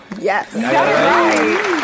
Yes